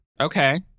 Okay